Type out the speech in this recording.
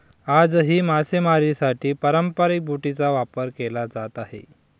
आजही मासेमारीसाठी पारंपरिक बोटींचा वापर केला जात आहे